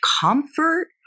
comfort